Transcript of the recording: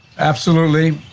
absolutely.